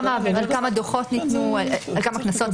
על כמה דוחות ניתנו, כמה קנסות.